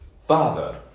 Father